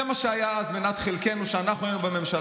זה מה שהיה אז מנת חלקנו כשאנחנו היינו בממשלה.